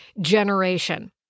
generation